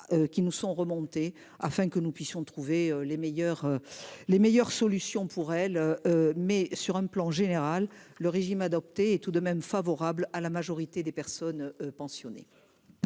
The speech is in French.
Qui nous sont remontés afin que nous puissions trouver les meilleures. Les meilleures solutions pour elle. Mais sur un plan général, le régime adopté et tout de même favorable à la majorité des personnes pensionnés.